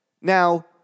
Now